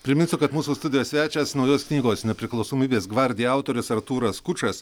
priminsiu kad mūsų studijos svečias naujos knygos nepriklausomybės gvardija autorius artūras skučas